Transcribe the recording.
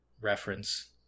reference